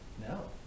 No